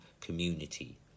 community